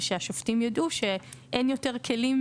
והשופטים יידעו שאין יותר כלים